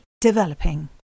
developing